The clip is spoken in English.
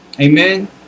Amen